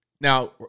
Now